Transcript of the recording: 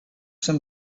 some